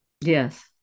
Yes